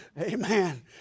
Amen